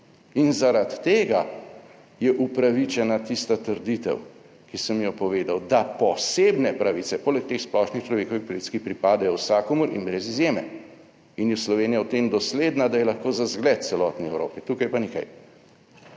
in zaradi tega je upravičena tista trditev, ki sem jo povedal, da posebne pravice, poleg teh splošnih človekovih pravic, ki pripadajo vsakomur in brez izjeme, in je Slovenija v tem dosledna, da je lahko za zgled celotni Evropi, tukaj pa ni kaj.